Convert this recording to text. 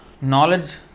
Knowledge